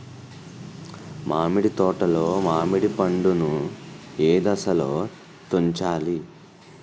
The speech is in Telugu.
మామిడి తోటలో మామిడి పండు నీ ఏదశలో తుంచాలి?